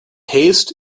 haste